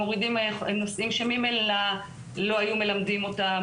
מורידים מהם נושאים שממילא לא היו מלמדים אותם,